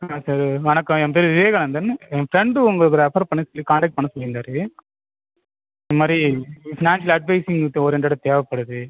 sir வணக்கம் என் பேர் விவேகானந்தன் என் ஃப்ரெண்டு உங்களை ரெஃபர் பண்ணி சொல்லி காண்டேக்ட் பண்ண சொல்லியிருந்தாரு இந்த மாதிரி ஃபினான்ஷியல் அட்வைஸிங் வித் ஓரியண்டடாக தேவைப்படுது